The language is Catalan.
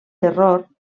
terror